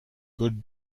good